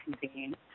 convene